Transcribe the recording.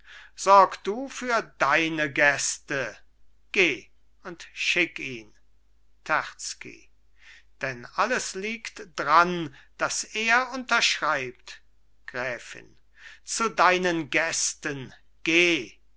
sorg du für deine gäste geh und schick ihn terzky denn alles liegt dran daß er unterschreibt gräfin zu deinen gästen geh